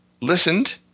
listened